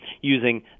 using